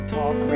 Talk